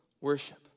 worship